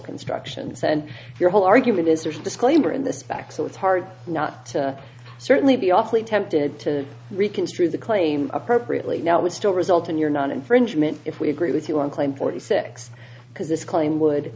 construction send your whole argument is there's a disclaimer in the spec so it's hard not to certainly be awfully tempted to reconstruct the claim appropriately now would still result in your not infringement if we agree with you on claim forty six because this claim would